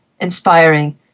inspiring